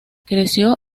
creció